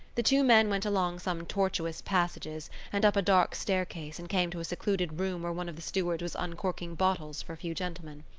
the two men went along some tortuous passages and up a dark staircase and came to a secluded room where one of the stewards was uncorking bottles for a few gentlemen.